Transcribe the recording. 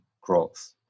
growth